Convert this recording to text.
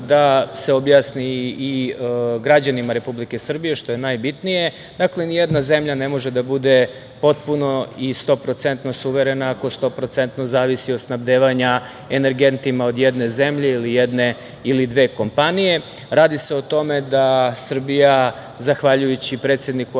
Da se objasni i građanima Republike Srbije, što je najbitnije. Nijedna zemlja ne može da bude potpuno i stoprocentno suverena, ako stoprocentno zavisi od snabdevanja energentima od jedne zemlje ili dve kompanije. Radi se o tome da Srbija, zahvaljujući predsedniku